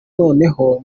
noneho